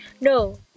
No